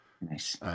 Nice